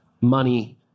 money